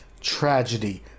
tragedy